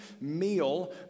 meal